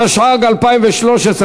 התשע"ג 2013,